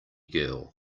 girl